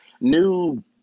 new